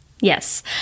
Yes